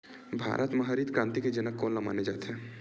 भारत मा हरित क्रांति के जनक कोन ला माने जाथे?